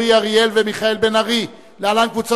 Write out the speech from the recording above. אורון, להצביע